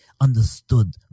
understood